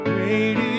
Great